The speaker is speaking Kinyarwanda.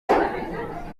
iki